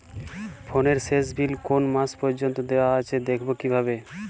ফোনের শেষ বিল কোন মাস পর্যন্ত দেওয়া আছে দেখবো কিভাবে?